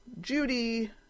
Judy